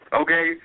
okay